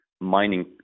mining